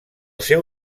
seu